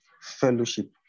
fellowship